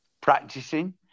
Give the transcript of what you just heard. practicing